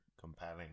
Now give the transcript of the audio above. compelling